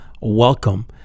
Welcome